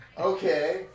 Okay